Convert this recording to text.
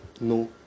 no